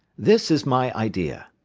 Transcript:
this is my idea.